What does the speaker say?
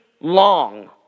long